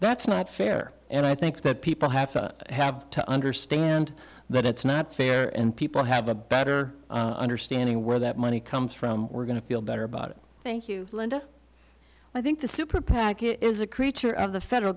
that's not fair and i think that people have to have to understand that it's not fair and people have a better understanding where that money comes from we're going to feel better about it thank you linda i think the super pac is a creature of the federal